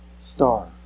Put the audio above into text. star